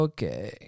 Okay